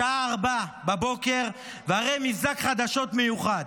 השעה 04:00 והרי מבזק חדשות מיוחד.